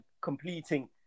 completing